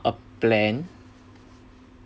a plan